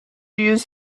use